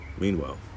Meanwhile